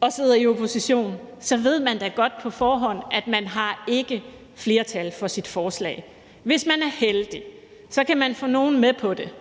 og sidder i opposition, så ved man da godt på forhånd, at man ikke har flertal for sit forslag. Hvis man er heldig, kan man få nogle med på det,